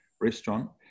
restaurant